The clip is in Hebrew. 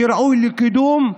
שראוי לקידום?